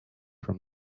from